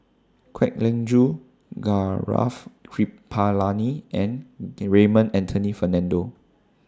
Kwek Leng Joo Gaurav Kripalani and The Raymond Anthony Fernando